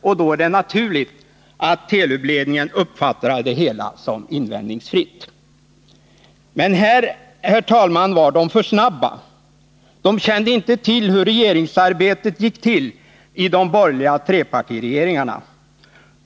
Och då är det naturligt att Telub-ledningen uppfattade det hela som invändningsfritt. Men här, fru talman, var de för snabba. De kände inte till hur regeringsarbetet gick till i de borgerliga trepartiregeringarna.